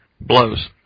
Blows